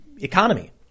economy